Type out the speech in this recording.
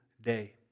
day